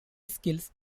skills